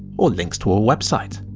or links to a website!